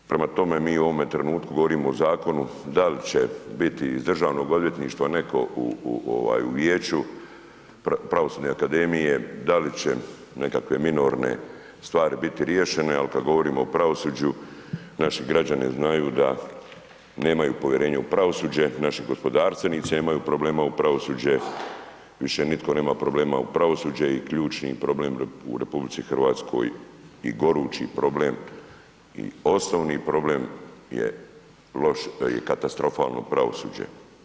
Prema tome mi u ovome trenutku govorimo o zakonu, da li će biti iz državnog odvjetništva netko u vijeću Pravosudne akademije, da li će nekakve minorne stvari biti riješene ali kad govorimo o pravosuđu naši građani znaju da nemaju povjerenja u pravosuđe, naši gospodarstvenici nemaju povjerenja u pravosuđe, više nitko nema povjerenja u pravosuđe i ključni problem u RH i gorući problem i osnovni problem je loš, katastrofalno pravosuđe.